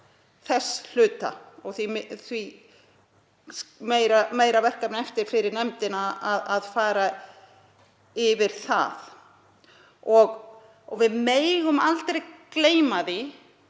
þess hluta og því er meira verkefni eftir fyrir nefndina að fara yfir hann. Við megum aldrei gleyma því